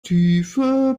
tiefe